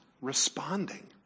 responding